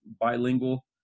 bilingual